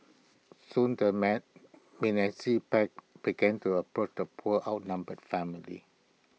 soon the man menacing pack began to approach the poor outnumbered family